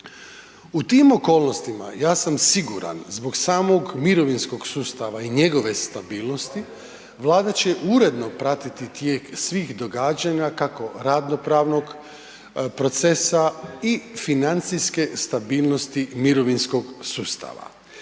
U tim okolnostima ja sam siguran zbog samog mirovinskog sustava i njegove stabilnosti, Vlada će uredno pratiti tijek svih događanja kako radno-pravnog procesa i financijske stabilnosti mirovinskog sustava.